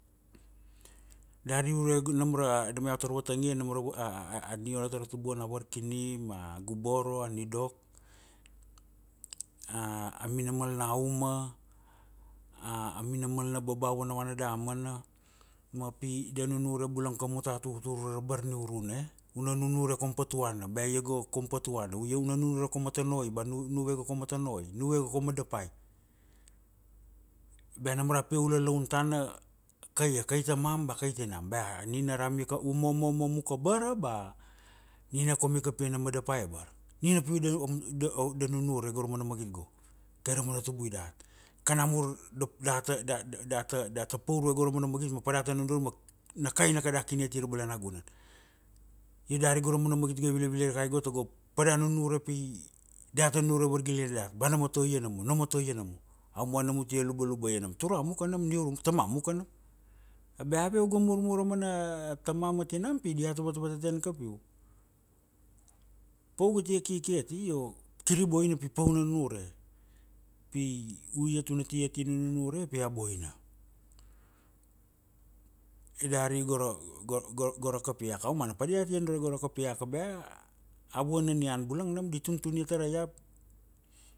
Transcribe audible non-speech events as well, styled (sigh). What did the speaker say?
dari urege nam ra nam iau tar vatangia nam ra (hesitation) nioro tara tubuan a varkinim, a guboro, a nidok, a, a minamal na uma, a, a minamal na babau vanvana damana, ma pi da nunure bulang kamua ta turtur ure ra barniuruna e? Ma una nunure kaum patuana bea ia go kaum patuana. U ia una nunure koum matanoi ba nuve go koum motonoi. Nuve go koum madapai. Bea nam ra pia u lalaun tana kaia kai tamam bea kai tinam. Bea nina ram ika, u momomom uka bara ba, nina koum ika pia na madapai abara. Nina pi da nunure go ra mana magit go. Tara mana tubui dat. Kanamur da data, da da da data data paur vue go ra mana magit ma pa da ta nunure ma, na kaina kada kini ati ra balanagunan. Ni dari go ra mana magit go dia vila vila rikai go pada nunure pi, data nunure vargilane dat. Ba nomo toia nomo, nomo toia nomo. Avana na ute lubaluba nam turam uka nam, niu rum, tamam uka nam. Beave u ga murmur ra mana, tanam ma tinam pi diata vatavataten kapiu. Pau ga tie kiki ati io kiri boina pi pau na nunure. Pi u iat natia ki na nunure pi a boina. Ia dari go ra kapiaka. Aumana padia te nunure gora kapaiaka bea, a vana nian bulang nam di tuntun ia tara iap.